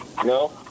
No